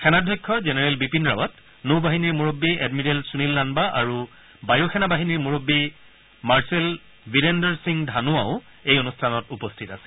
সেনাধ্যক্ষ জেনেৰেল বিপীন ৰাৱত নৌ বাহিনীৰ মুৰববী এডমিৰেল সুনীল লানবা আৰু বায়ু সেনাবাহিনীৰ মুৰববী মাৰ্চেল বীৰেন্দৰ সিং ধানোৱা অনুষ্ঠানত উপস্থিত আছিল